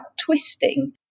twisting